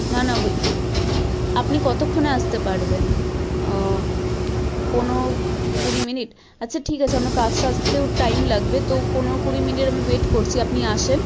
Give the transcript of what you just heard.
না না ওয়ে আপনি কতক্ষণে আসতে পারবেন পনেরো কুড়ি মিনিট আচ্ছা ঠিক আছে আমার কাজ সারতেও টাইম লাগবে তো পনেরো কুড়ি মিনিট আমি ওয়েট করছি আপনি আসেন